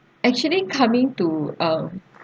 actually coming to um